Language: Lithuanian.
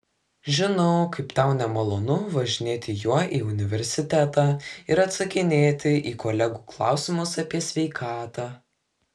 žinau kaip tau nemalonu važinėti juo į universitetą ir atsakinėti į kolegų klausimus apie sveikatą